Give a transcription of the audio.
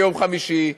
ביום חמישי,